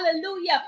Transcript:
hallelujah